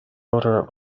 rotor